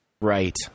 Right